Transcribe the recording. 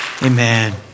Amen